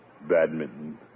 badminton